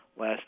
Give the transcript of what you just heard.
last